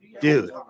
Dude